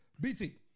BT